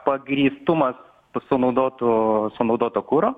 pagrįstumas pasinaudotų sunaudoto kuro